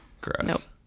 gross